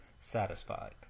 satisfied